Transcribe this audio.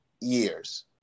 years